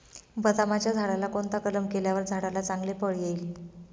बदामाच्या झाडाला कोणता कलम केल्यावर झाडाला चांगले फळ येईल?